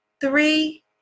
three